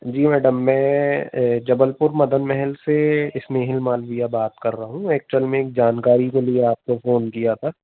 जी madam मैं जबलपुर मदन महल से स्नेहिल मालवीय बात कर रहा हूँ एक्चुअल में जानकारी के लिए आपको फ़ोन किया था